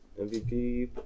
MVP